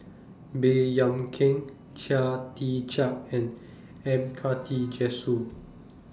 Baey Yam Keng Chia Tee Chiak and M Karthigesu